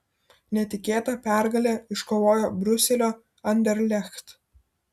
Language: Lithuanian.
netikėtą pergalę iškovojo briuselio anderlecht